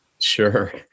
Sure